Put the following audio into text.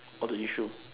or the issue